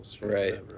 Right